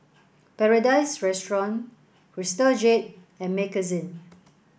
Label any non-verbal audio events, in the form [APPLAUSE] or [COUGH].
Paradise Restaurant Crystal Jade and [UNINTELLIGIBLE]